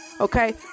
Okay